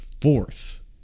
fourth